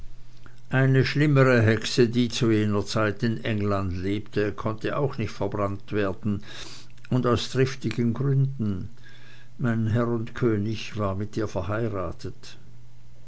eine schlimmere hexe die zu jener zeit in engelland lebte konnte auch nicht verbrannt werden und aus triftigen gründen mein herr und könig war mit ihr verheiratet